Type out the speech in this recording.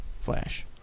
Flash